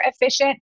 efficient